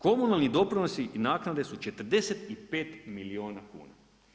Komunalni doprinosi i naknade su 45 milijuna kuna.